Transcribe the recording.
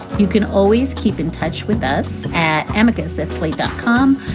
you can always keep in touch with us at emken since late dot com.